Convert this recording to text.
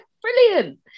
Brilliant